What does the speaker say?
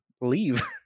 leave